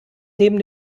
neben